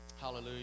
Hallelujah